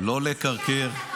לא לקרקר.